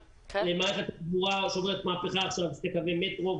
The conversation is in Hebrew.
מערכת תחבורה שעוברת עכשיו מהפכה עם שני קווי מטרו,